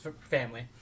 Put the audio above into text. family